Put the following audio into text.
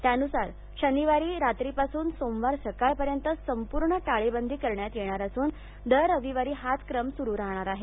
त्यानुसार शनिवारी रात्रीपासून सोमवार सकाळपर्यंत संपूर्ण टाळेबदी करण्यात येणार असून दर रविवारी हाच क्रम सुरू राहणार आहे